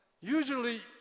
usually